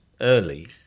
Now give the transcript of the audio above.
early